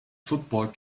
football